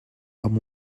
amb